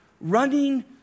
Running